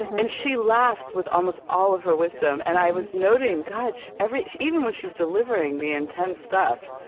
and she laughs with almost all of her wisdom, and i was noting, god, every even when she's delivering the intense stuff,